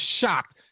shocked